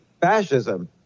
fascism